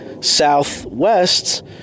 southwest